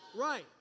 Right